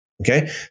Okay